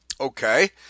Okay